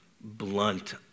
blunt